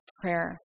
prayer